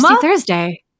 Thursday